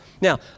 Now